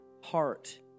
heart